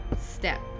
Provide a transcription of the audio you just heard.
step